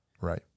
Right